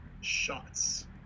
shots